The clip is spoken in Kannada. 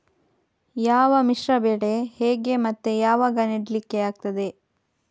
ಯಾವ ಮಿಶ್ರ ಬೆಳೆ ಹೇಗೆ ಮತ್ತೆ ಯಾವಾಗ ನೆಡ್ಲಿಕ್ಕೆ ಆಗ್ತದೆ?